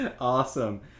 Awesome